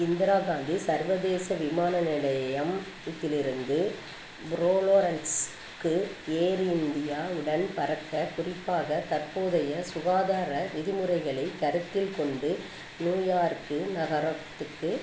இந்திரா காந்தி சர்வதேச விமான நிலையம் த்திலிருந்து ப்ரோளோரன்ஸ் க்கு ஏர் இந்தியா உடன் பறக்க குறிப்பாக தற்போதைய சுகாதார விதிமுறைகளைக் கருத்தில் கொண்டு நியூயார்க்கு நகரத்துக்கு